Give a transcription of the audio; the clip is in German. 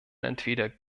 entweder